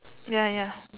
ya ya